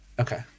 Okay